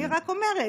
אני רק אומרת: